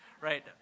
right